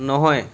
নহয়